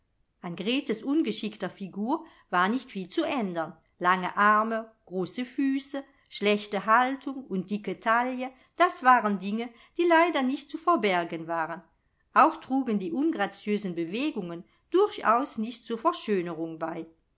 an gretes ungeschickter figur war nicht viel zu ändern lange arme große füße schlechte haltung und dicke taille das waren dinge die leider nicht zu verbergen waren auch trugen die ungraziösen bewegungen durchaus nicht zur verschönerung bei